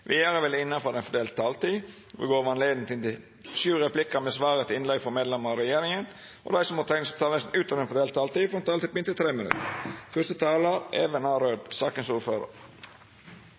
Videre vil det – innenfor den fordelte taletid – bli gitt anledning til inntil syv replikker med svar etter innlegg fra medlemmer av regjeringen, og de som måtte tegne seg på talerlisten utover den fordelte taletid, får også en taletid på inntil 3 minutter.